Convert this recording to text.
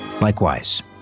Likewise